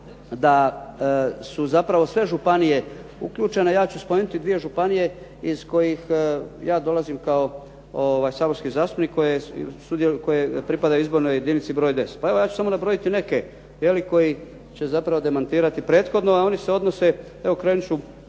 da su zapravo sve županije uključene a ja ću spomenuti dvije županije iz kojih ja dolazim kao saborski zastupnik koji pripada Izbornoj jedinici 10. Pa evo, ja ću samo nabrojiti neke koji će zapravo demantirati prethodno a oni se odnose evo krenut ću